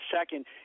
second